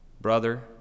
brother